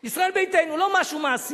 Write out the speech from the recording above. את ישראל ביתנו, לא משהו מעשי.